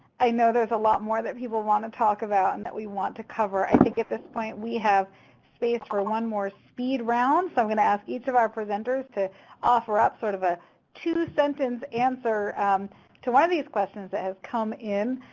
i know there's a lot more that people want to talk about and that we want to cover. i think at this point we have space for one more speed round. so i'm going to ask each of our presenters to offer up sort of a two-sentence answer to why one of these questions that have come in.